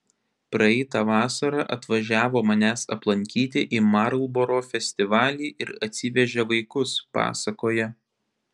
praeitą vasarą atvažiavo manęs aplankyti į marlboro festivalį ir atsivežė vaikus pasakoja